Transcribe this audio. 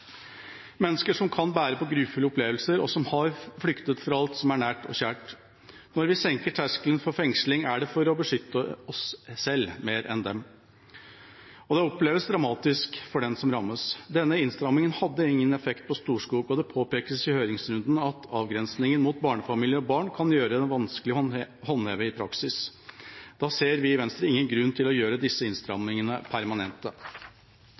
mennesker som kan bære på grufulle opplevelser, og som har flyktet fra alt som er nært og kjært. Når vi senker terskelen for fengsling, er det for å beskytte oss selv mer enn dem, og det oppleves dramatisk for den som rammes. Denne innstrammingen hadde ingen effekt på Storskog, og det påpekes i høringsrunden at avgrensingen mot barnefamilier og barn kan gjøre den vanskelig å håndheve i praksis. Da ser vi i Venstre ingen grunn til å gjøre disse innstrammingene permanente.